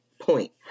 point